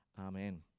Amen